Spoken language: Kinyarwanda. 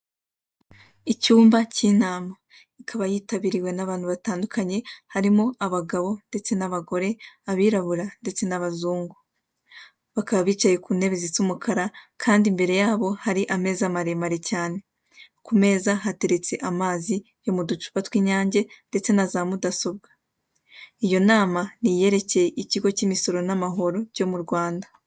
Icyumba cy'inama. Ikaba yitabiriwe n'abantu batandukanye, harimo abagore ndetse n'abagore, abirabura ndetse n'abazungu. Bakaba bicaye ku ntebe zisa umukara, kandi imbere yabo hari ameza maremare cyane. Ku meza hateretse amazi yo mu ducupa tw'inyange, ndetse na za mudasobwa. Iyo nama ni iyerekeye ikigo cy'imisoro n'amahoro, byo mu Rwanda.